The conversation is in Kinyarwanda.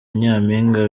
nyampinga